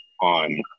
on